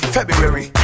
February